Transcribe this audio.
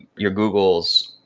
your googles,